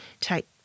take